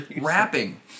rapping